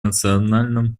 национальном